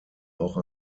auch